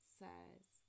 says